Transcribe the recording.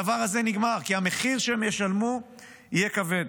הדבר הזה נגמר, כי המחיר שהם ישלמו יהיה כבד.